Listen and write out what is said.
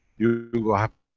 you you will have